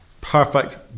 Perfect